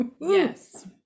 Yes